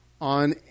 on